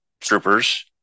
troopers